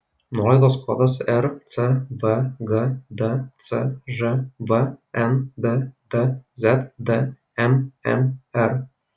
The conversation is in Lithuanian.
nuolaidos kodas rcvg dcžv nddz dmmr